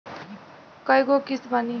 कय गो किस्त बानी?